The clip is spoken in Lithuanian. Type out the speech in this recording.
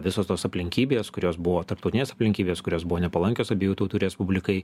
visos tos aplinkybės kurios buvo tarptautinės aplinkybės kurios buvo nepalankios abiejų tautų respublikai